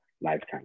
lifetime